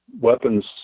weapons